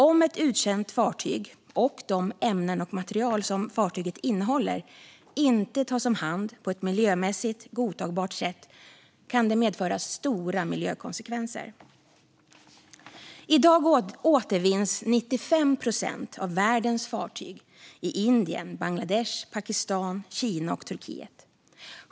Om ett uttjänt fartyg och de ämnen och material som fartyget innehåller inte tas om hand på ett miljömässigt godtagbart sätt kan det medföra stora miljökonsekvenser. I dag återvinns 95 procent av världens fartyg i Indien, Bangladesh, Pakistan, Kina och Turkiet.